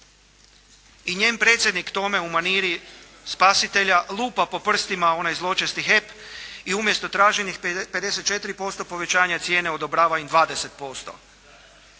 i njen predsjednik k tome u maniri spasitelja lupa po prstima onaj zločesti HEP i umjesto traženih 54% povećanja cijene odobrava im 20%.